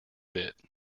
bit